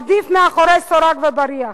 עדיף מאחורי סורג ובריח.